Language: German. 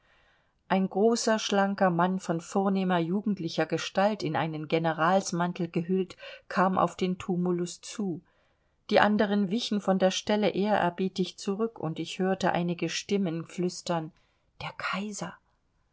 ein großer schlanker mann von vornehmer jugendlicher gestalt in einen generalsmantel gehüllt kam auf den tumulus zu die anderen wichen von der stelle ehrerbietig zurück und ich hörte einige stimmen flüstern der kaiser